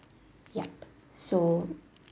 yup so